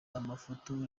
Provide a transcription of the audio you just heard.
amafoto